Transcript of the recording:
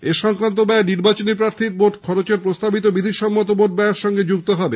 এই সংক্রান্ত ব্যয় নির্বাচনে প্রার্থীর মোট খরচের প্রস্তাবিত বিধি সম্মত ব্যয়ের সঙ্গে যুক্ত হবে